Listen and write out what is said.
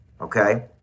Okay